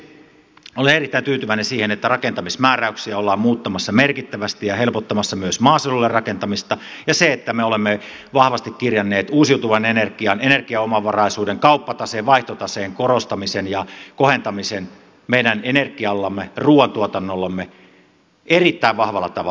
lopuksi olen erittäin tyytyväinen siihen että rakentamismääräyksiä ollaan muuttamassa merkittävästi ja helpottamassa myös maaseudulle rakentamista ja siihen että me olemme vahvasti kirjanneet uusiutuvan energian energiaomavaraisuuden kauppataseen vaihtotaseen korostamisen ja kohentamisen meidän energiallamme ruoantuotannollamme erittäin vahvalla tavalla hallitusohjelmaan